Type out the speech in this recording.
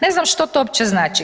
Ne znam što to uopće znači.